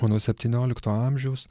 o nuo septyniolikto amžiaus